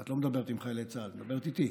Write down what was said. את לא מדברת עם חיילי צה"ל, את מדברת איתי.